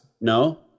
No